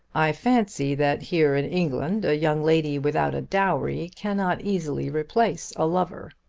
i fancy that here in england a young lady without a dowry cannot easily replace a lover.